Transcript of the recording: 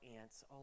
ants